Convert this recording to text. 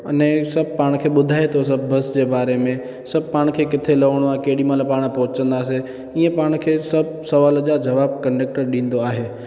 अने सभु पाण खे ॿुधाए थो सभु बस जे बारे में सभु पाण खे किथे लहिणो आहे केॾी महिल पाणि पहुचंदासीं इअं पाण खे सभु सुवाल जा जवाबु कंडक्टर ॾींदो आहे